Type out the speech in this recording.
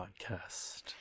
podcast